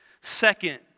Second